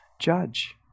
judge